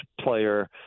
player